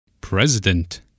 President